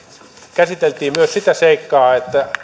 käsiteltiin myös sitä seikkaa että